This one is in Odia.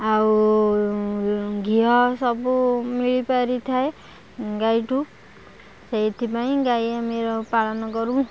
ଆଉ ଘିଅ ସବୁ ମିଳିପାରିଥାଏ ଗାଈଠୁ ସେଇଥିପାଇଁ ଗାଈ ଆମେ ପାଳନ କରୁ